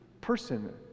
person